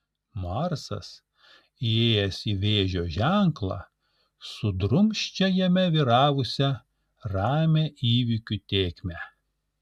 marsas įėjęs į vėžio ženklą sudrumsčia jame vyravusią ramią įvykių tėkmę